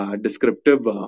descriptive